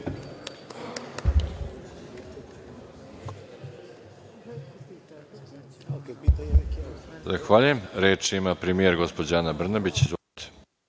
Hvala.